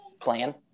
plan